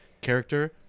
character